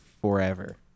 Forever